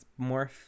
Morph